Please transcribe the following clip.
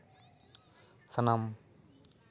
ᱥᱟᱱᱟᱢ